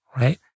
right